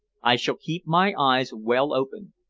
i shall keep my eyes well open.